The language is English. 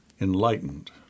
enlightened